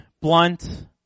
blunt